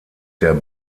der